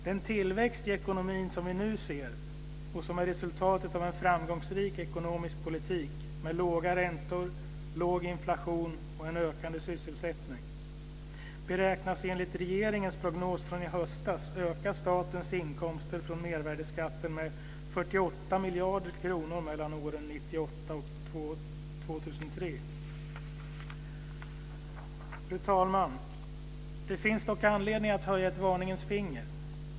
Den tillväxt i ekonomin som vi nu ser, och som är resultatet av en framgångsrik ekonomisk politik med låga räntor, låg inflation och en ökande sysselsättning, beräknas enligt regeringens prognos från i höstas öka statens inkomster från mervärdesskatten med Fru talman! Det finns dock anledning att höja ett varningens finger.